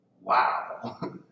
Wow